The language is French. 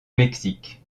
mexique